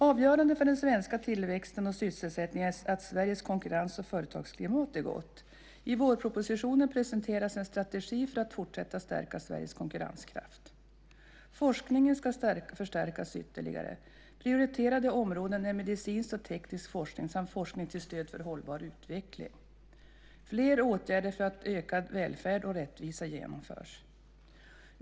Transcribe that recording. Avgörande för den svenska tillväxten och sysselsättningen är att Sveriges konkurrens och företagsklimat är gott. I vårpropositionen presenteras en strategi för att fortsätta stärka Sveriges konkurrenskraft. Forskningen ska förstärkas ytterligare. Prioriterade områden är medicinsk och teknisk forskning samt forskning till stöd för hållbar utveckling. Fler åtgärder för ökad välfärd och rättvisa genomförs.